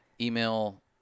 email